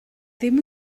ddim